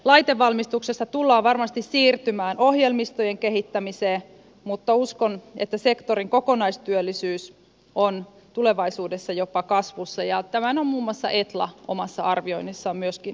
laitevalmistuksessa tullaan varmasti siirtymään ohjelmistojen kehittämiseen mutta uskon että sektorin kokonaistyöllisyys on tulevaisuudessa jopa kasvussa ja tämän on muun muassa etla omassa arvioinnissaan myöskin todennut